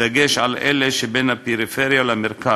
בדגש על אלה שבין הפריפריה למרכז,